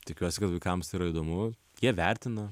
tikiuosi kad vaikams tai yra įdomu jie vertina